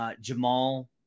Jamal